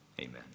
amen